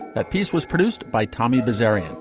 that piece was produced by tommy bezerra.